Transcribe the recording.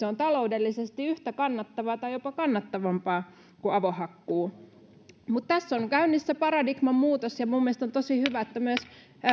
on metsänomistajalle taloudellisesti yhtä kannattavaa tai jopa kannattavampaa kuin avohakkuu tässä on käynnissä paradigman muutos ja mielestäni on tosi hyvä että myös